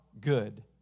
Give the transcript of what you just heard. good